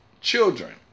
children